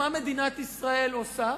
מה מדינת ישראל עושה,